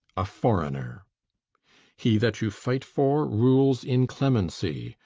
a foreigner he that you fight for, rules in clemency,